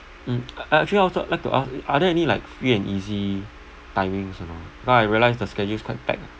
mm uh actually I also like to ask are there any like free and easy timings and all cause I realised the schedule is quite packed ah